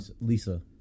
Lisa